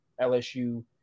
LSU